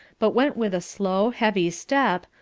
but went with a slow, heavy step,